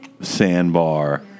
Sandbar